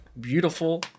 beautiful